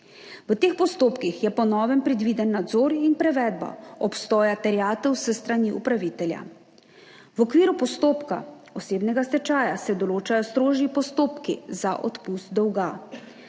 V teh postopkih je po novem predviden nadzor in prevedba obstoja terjatev s strani upravitelja. V okviru postopka osebnega stečaja se določajo strožji postopki za odpust dolga.